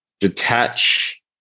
detach